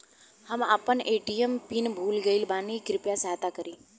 हम आपन ATM PIN भूल गईल बानी कृपया सहायता करी